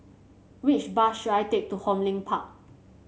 which bus should I take to Hong Lim Park